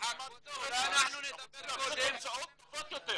אנחנו --- תוצאות טובות יותר.